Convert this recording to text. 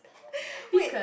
wait